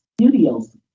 studios